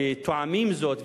וטועמים זאת,